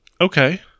okay